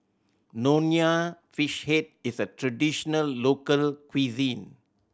Nonya Fish Head is a traditional local cuisine